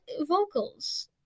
vocals